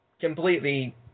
completely